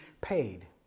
paid